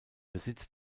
besitz